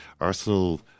Arsenal